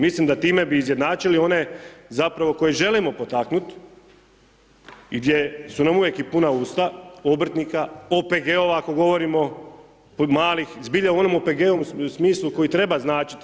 Mislim da time bi izjednačili one zapravo koje želimo potaknuti, gdje su nam uvijek i puna usta obrtnika, OPG-ova ako govorimo malih, zbilja u onom OPG-ovom smislu koji treba značiti.